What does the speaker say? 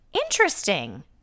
Interesting